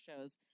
shows